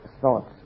thoughts